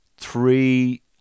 Three